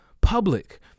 public